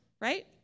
right